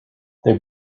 they